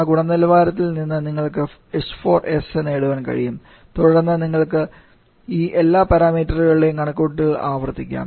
ആ ഗുണനിലവാരത്തിൽ നിന്ന് നിങ്ങൾക്ക് h4s നേടാൻ കഴിയും തുടർന്ന് നിങ്ങൾക്ക് ഈ എല്ലാ പാരാമീറ്ററുകളുടെയും കണക്കുകൂട്ടൽ ആവർത്തിക്കാം